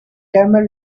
camel